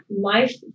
life